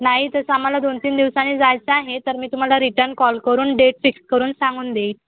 नाही तसं आम्हाला दोन तीन दिवसानी जायचं आहे तर मी तुम्हाला रिटर्न कॉल करून डेट फिक्स करून सांगून देईल